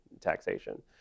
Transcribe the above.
taxation